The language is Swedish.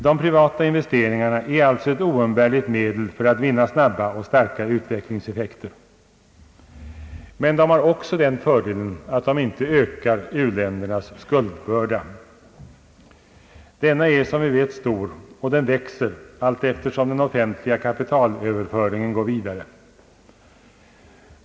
De privata investeringarna är alltså ett oumbärligt medel för att vinna snabba och starka utvecklingseffekter. Men de har också den fördelen att de inte ökar u-ländernas skuldbörda. Denna är som vi vet stor, och den växer allteftersom den offentliga kapitalöverföringen går vidare.